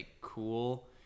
cool